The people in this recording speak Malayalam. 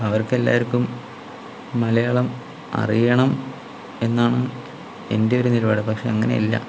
അപ്പം അവർക്കെല്ലാവർക്കും മലയാളം അറിയണം എന്നാണ് എൻ്റെ ഒരു നിലപാട് പക്ഷെ അങ്ങനെ അല്ല